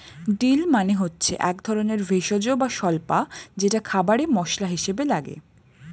deal মানে হচ্ছে একধরনের ভেষজ বা স্বল্পা যেটা খাবারে মসলা হিসেবে লাগে